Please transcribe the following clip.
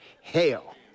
hell